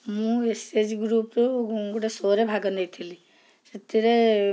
ମୁଁ ଏସଏଜି ଗୃପ୍ରୁ ଗୋଟେ ଶୋରେ ଭାଗ ନେଇଥିଲି ସେଥିରେ